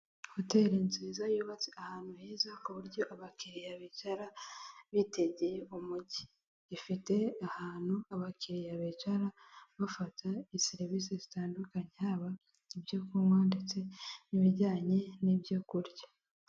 Hoteli nziza yubatse ahantu heza ku buryo abakiriya bicara bitegeye umujyi, ifite ahantu abakiriya bicara bafata serivisi zitandukanye haba ibyo kunywa ndetse n'ibijyanye n'ibyo kurya.